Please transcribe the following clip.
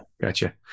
Gotcha